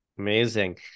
Amazing